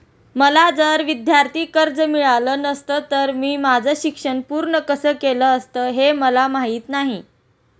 मला जर विद्यार्थी कर्ज मिळालं नसतं तर मी माझं शिक्षण पूर्ण कसं केलं असतं, हे मला माहीत नाही